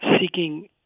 seeking